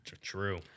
True